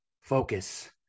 focus